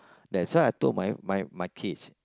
that's why I told my my my kids